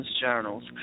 Journals